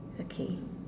okay